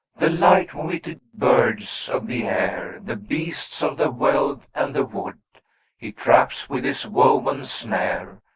the light-witted birds of the air, the beasts of the weald and wood he traps with his woven snare,